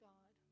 God